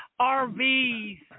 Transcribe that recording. RVs